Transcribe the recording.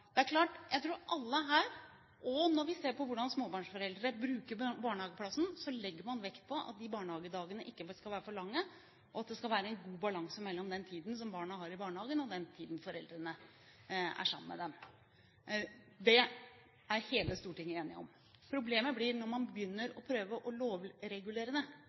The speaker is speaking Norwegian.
Når vi ser på hvordan småbarnsforeldre bruker barnehageplassen, så legger vi vekt på at barnehagedagene ikke skal være for lange, og at det skal være en god balanse mellom den tiden barna har i barnehagen, og den tiden foreldrene er sammen med dem. Det er hele Stortinget enig om. Problemet er når man begynner å prøve å lovregulere